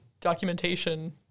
documentation